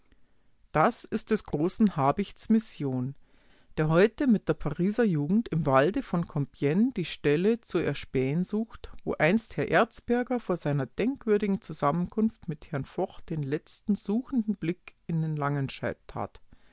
das ist des großen habichts mission der heute mit der pariser jugend im walde von compigne die stelle zu erspähen sucht wo einst herr erzberger vor seiner denkwürdigen zusammenkunft mit herrn foch den letzten suchenden blick in den langenscheidt